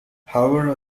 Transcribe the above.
however